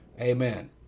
Amen